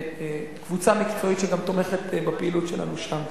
קבוצה מקצועית שגם תומכת בפעילות שלנו שם.